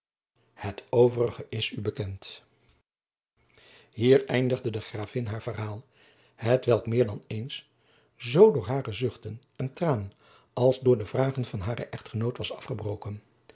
het overige is u bekend hier eindigde de gravin haar verhaal hetwelk meer dan eens zoo door hare zuchten en tranen als door de vragen van haren echtgenoot was afgebroken